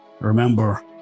remember